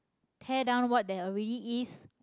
tear down what there already is